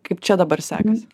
kaip čia dabar sekasi